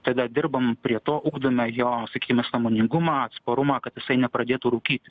tada dirbam prie to ugdome jo sakykime sąmoningumą atsparumą kad jisai nepradėtų rūkyti